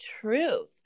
truth